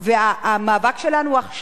והמאבק שלנו עכשיו,